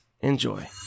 Enjoy